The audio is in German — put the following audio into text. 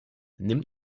nimmt